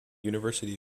university